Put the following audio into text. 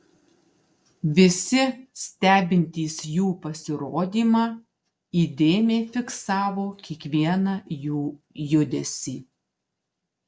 visi stebintys jų pasirodymą įdėmiai fiksavo kiekvieną jų judesį